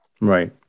Right